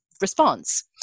response